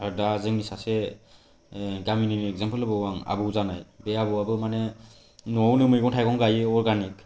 दा जोंनि सासे ओ गामिनिनो एक्जामपोल होबावो आं आबौ जानाय बे आबौआबो माने न'आवनो मैगं थाइगं गायो अर्गेनिक